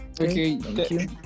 Okay